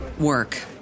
work